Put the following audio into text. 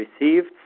received